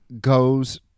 goes